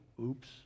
oops